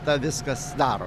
tą viskas daro